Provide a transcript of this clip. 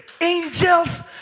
Angels